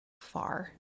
far